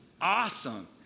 awesome